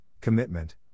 commitment